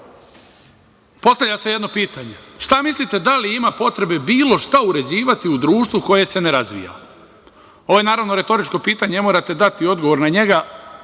postavlja se jedno pitanje – šta mislite da li ima potrebe bilo šta uređivati u društvu koje se ne razvija? Ovo je, naravno, retoričko pitanje, ne morate dati odgovor na njega,